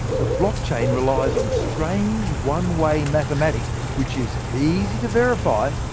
the blockchain relies on strange one-way mathematics which is easy to verify,